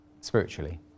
spiritually